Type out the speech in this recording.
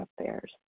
affairs